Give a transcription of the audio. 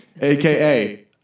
aka